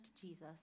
Jesus